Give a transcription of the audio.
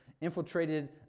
infiltrated